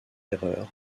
erreurs